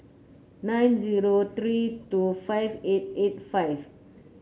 nine zero three two five eight eight five